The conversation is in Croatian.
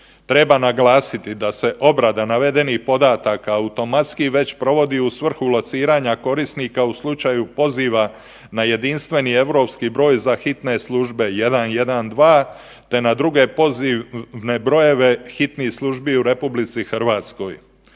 Treba naglasiti da se obrada navedenih podataka automatski već provodi u svrhu lociranja korisnika u slučaju poziva na jedinstveni europski broj za hitne službe 112 te na druge pozivne brojeve hitnih službi u RH.